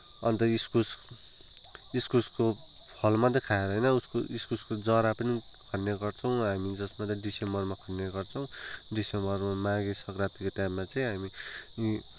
अन्त इस्कुस इस्कुसको फल मात्रै खाएर होइन उस इस्कुसको जरा पनि खाने गर्छौँ हामी जसलाई चाहिँ दिसम्बरमा खन्ने गर्छौँ दिसम्बरमा माघे सङ्क्रान्तिको टाइममा चाहिँ हामीले